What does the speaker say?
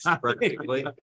practically